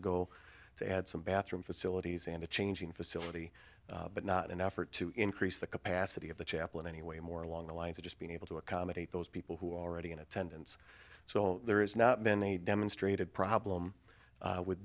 ago they had some bathroom facilities and a changing facility but not an effort to increase the capacity of the chapel in any way more along the lines of just being able to accommodate those people who are already in attendance so there is not been a demonstrated problem with